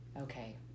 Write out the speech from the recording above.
okay